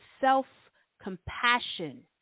self-compassion